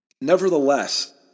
nevertheless